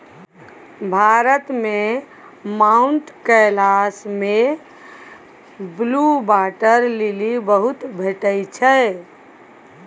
भारत मे माउंट कैलाश मे blue water lily बहुत भेटै छै